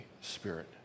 Spirit